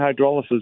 hydrolysis